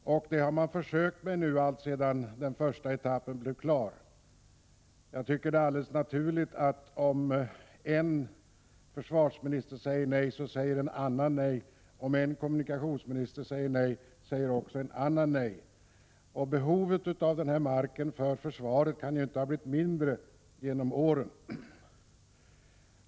Det har man alltså försökt sig på alltsedan den första etappen blev klar. Jag tycker att det är helt naturligt att om förutvarande försvarsminister har sagt nej säger också nästa försvarsminister nej. Detsamma gäller våra kommunikationsministrar. Försvarets behov av den aktuella marken kan ju inte ha blivit mindre under årens lopp.